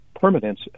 permanence